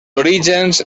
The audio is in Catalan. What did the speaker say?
orígens